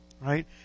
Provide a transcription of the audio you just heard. Right